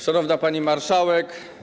Szanowna Pani Marszałek!